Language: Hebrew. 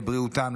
לבריאותם,